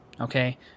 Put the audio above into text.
Okay